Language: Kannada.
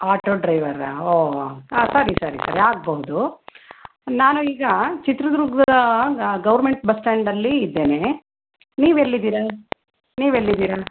ಆಟೋ ಡ್ರೈವರಾ ಓ ಹಾಂ ಸರಿ ಸರಿ ಆಗಬಹುದು ನಾನು ಈಗ ಚಿತ್ರದುರ್ಗ ಗವರ್ನ್ಮೆಂಟ್ ಬಸ್ಟ್ಯಾಂಡಲ್ಲಿ ಇದ್ದೇನೆ ನೀವೆಲ್ಲಿದ್ದೀರಾ ನೀವೆಲ್ಲಿದ್ದೀರಾ